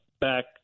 back